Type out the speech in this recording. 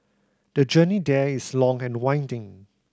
the journey there is long and winding